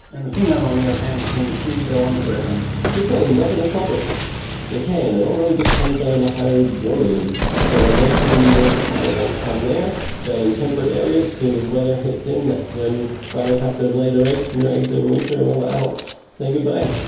and the female on the other hand, can she go on forever? it depends, up in the tropics they can, it all really just comes down to how warm it is. so they can live for quite a long time there down in temperate areas. as soon as weather hits in, that's when spiders have to lay their eggs and their eggs overwinter and all the adults say goodbye.